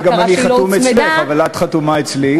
אז אולי גם אני חתום אצלך, אבל את חתומה אצלי.